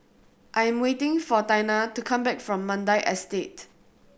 I am waiting for Taina to come back from Mandai Estate